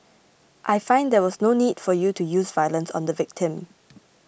I find there was no need for you to use violence on the victim